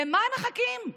למה הם מחכים?